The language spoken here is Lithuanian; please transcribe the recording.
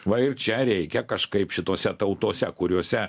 va ir čia reikia kažkaip šitose tautose kuriose